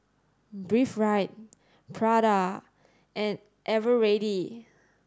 Breathe Right Prada and Eveready